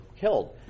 killed